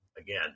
again